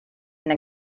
and